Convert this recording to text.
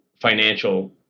financial